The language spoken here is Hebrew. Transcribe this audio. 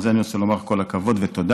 על זה אני רוצה לומר כל הכבוד ותודה,